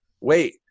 wait